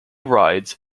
rides